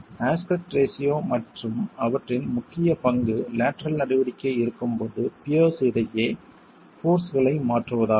aspect ratio மற்றும் அவற்றின் முக்கிய பங்கு லேட்டரல் நடவடிக்கை இருக்கும் போது பியர்ஸ் இடையே போர்ஸ்களை மாற்றுவதாகும்